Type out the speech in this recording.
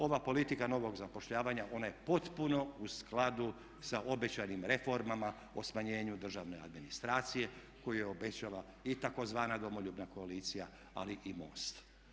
Ova politika novog zapošljavanja ona je potpuno u skladu sa obećanim reformama o smanjenju državne administracije koju je obećala i tzv. Domoljubna koalicija ali i MOST.